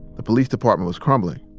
the police department was crumbling.